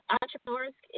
entrepreneurs